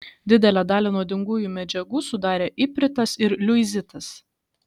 didelę dalį nuodingųjų medžiagų sudarė ipritas ir liuizitas